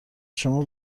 شما